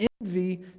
Envy